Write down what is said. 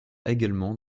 également